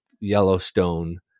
Yellowstone